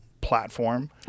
platform